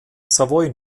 savoyen